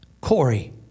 Corey